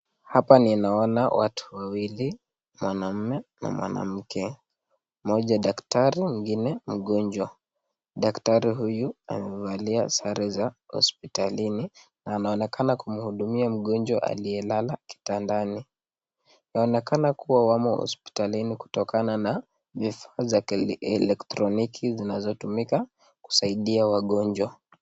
Hapa ninaona watu wawili mwanaume na mwanamke mmoja daktari mwingine mgonjwa. Daktari huyu amevalia sare za hospitalini na anaonekana kumhudumia mgonjwa aliyelala kitandani. Wanaonekana wamo hopsitalini kutokana na vifaa za kielektroniki zinazotumika kusaidia wagonjwa.